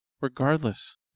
Regardless